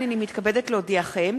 הנני מתכבדת להודיעכם,